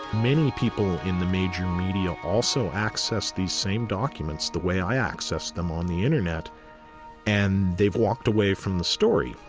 many people in the major media also access these same documents the way i access them on the internet and they've walked away from the story,